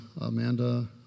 Amanda